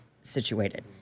situated